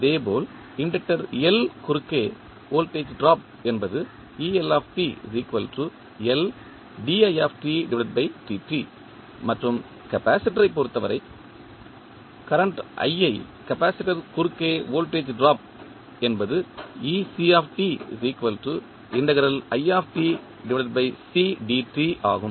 இதேபோல் இண்டக்டர் குறுக்கே voltage drop என்பது மற்றும் கப்பாசிட்டர் யைப் பொறுத்தவரை தற்போதைய i ஐ கப்பாசிட்டர் குறுக்கே வோல்டேஜ் டிராப் என்பது ஆகும்